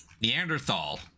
Neanderthal